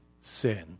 sin